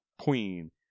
queen